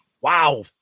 Wow